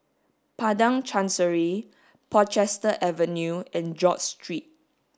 Padang Chancery Portchester Avenue and George Street